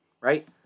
right